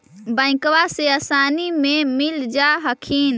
बैंकबा से आसानी मे मिल जा हखिन?